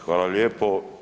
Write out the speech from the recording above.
Hvala lijepo.